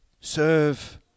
Serve